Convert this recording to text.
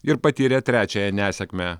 ir patyrė trečiąją nesėkmę